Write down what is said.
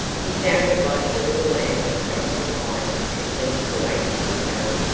he sounded like the little lamb that trots behind and seems to wait to be carried.